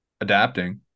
adapting